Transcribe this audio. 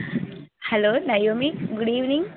hello మర్యామి good evening